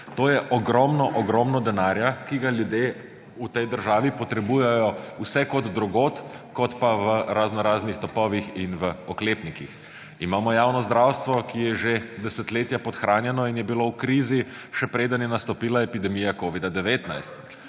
To je ogromno ogromno denarja, ki ga ljudje v tej državi potrebujejo vse drugod, kot pa v raznoraznih topovih in v oklepnikih. Imamo javno zdravstvo, ki je že desetletja podhranjeno in je bilo v krizi, še preden je nastopila epidemija covida-19.